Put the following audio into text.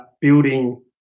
building